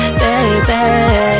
baby